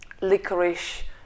licorice